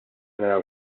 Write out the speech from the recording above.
naraw